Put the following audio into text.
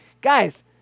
Guys